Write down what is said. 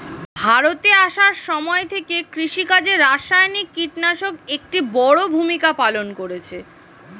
ভারতে আসার সময় থেকে কৃষিকাজে রাসায়নিক কিটনাশক একটি বড়ো ভূমিকা পালন করেছে